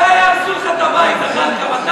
מתי יהרסו לך את הבית, זחאלקה?